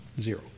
Zero